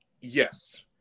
Yes